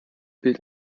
bild